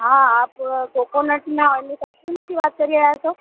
હા આપ કોકોનટના ઓઈલની ફેક્ટરીમાંથી વાત કરી રહ્યા છો